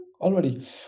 already